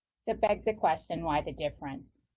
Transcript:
so it begs the question, why the difference?